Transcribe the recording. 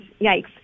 yikes